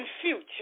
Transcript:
future